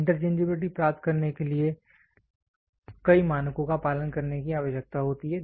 interchangeability प्राप्त करने के लिए कई मानकों का पालन करने की आवश्यकता होती है